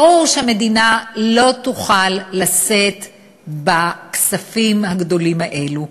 ברור שהמדינה לא תוכל לשאת בכספים הגדולים האלו.